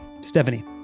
Stephanie